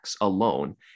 alone